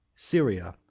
syria,